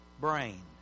brain